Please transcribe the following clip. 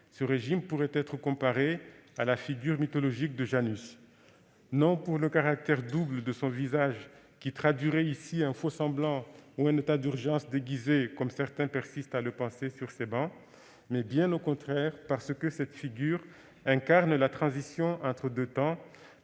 ce régime pourrait être comparé à la figure mythologique de Janus, non pour le caractère double de son visage qui traduirait ici un faux-semblant ou un état d'urgence déguisé, comme certains persistent à le penser sur ces travées, mais bien au contraire et parce que cette figure incarne la transition entre deux temps,